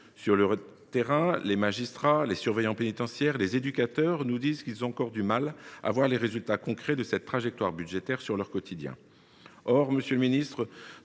Sur le terrain, les magistrats, les surveillants pénitentiaires et les éducateurs peinent à voir les résultats concrets de cette trajectoire budgétaire sur leur quotidien.